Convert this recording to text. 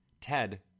Ted